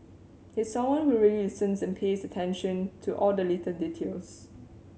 he's someone who really listens and pays attention to all the little details